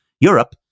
Europe